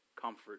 comfort